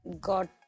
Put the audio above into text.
got